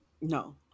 No